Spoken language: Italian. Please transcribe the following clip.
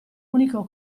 unico